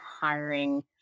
hiring